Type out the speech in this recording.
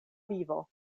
vivo